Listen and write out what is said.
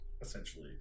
essentially